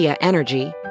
Energy